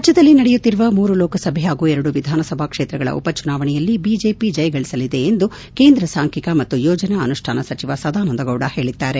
ರಾಜ್ಯದಲ್ಲಿ ನಡೆಯುತ್ತಿರುವ ಮೂರು ಲೋಕಸಭೆ ಹಾಗು ಎರಡು ವಿಧಾನಸಭಾ ಕ್ಷೇತ್ರಗಳ ಉಪ ಚುನಾವಣೆಯಲ್ಲಿ ಬಿಜೆಪಿ ಜಯಗಳಿಸಲಿದೆ ಎಂದು ಕೇಂದ್ರ ಸಾಂಖ್ಚಿಕ ಮತ್ತು ಯೋಜನಾ ಅನುಷ್ಠಾನ ಸಚಿವ ಸದಾನಂದ ಗೌಡ ಹೇಳಿದ್ದಾರೆ